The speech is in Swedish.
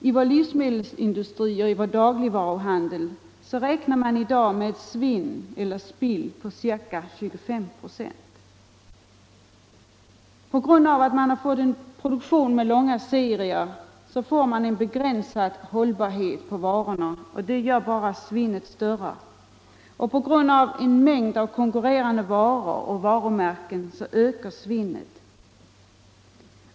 I livsmedelsindustri och dagligvaruhandel räknar man i dag med ett svinn eller spill på ca 25 96. På grund av produktion i långa serier får varorna begränsad hållbarhet, och det gör bara svinnet större. Till följd av mängden av konkurrerande varor och varumärken ökar svinnet likaså.